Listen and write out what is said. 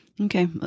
Okay